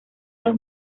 los